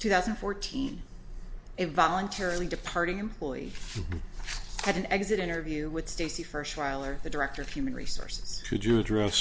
and fourteen if voluntarily departing employee had an exit interview with stacy first trial or the director of human resources to do dr